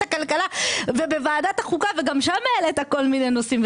הכלכלה ובוועדת החוקה וגם שם העלית כל מיני נושאים.